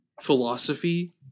philosophy